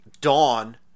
dawn